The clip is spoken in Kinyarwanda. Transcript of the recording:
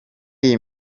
iyi